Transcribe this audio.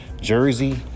jersey